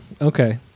Okay